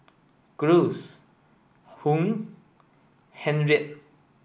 Cruz Hung Henriette